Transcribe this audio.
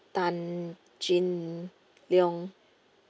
tan chin leong